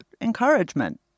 encouragement